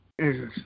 Jesus